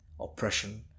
oppression